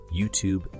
YouTube